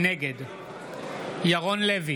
נגד ירון לוי,